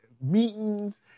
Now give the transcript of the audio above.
meetings